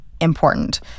important